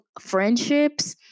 friendships